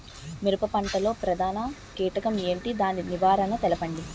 మిరప పంట లో ప్రధాన కీటకం ఏంటి? దాని నివారణ తెలపండి?